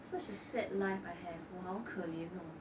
such a sad life I have 我好可怜哦